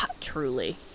truly